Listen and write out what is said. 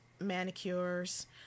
manicures